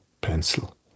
pencil